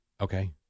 Okay